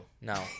no